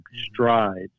strides